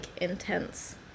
intense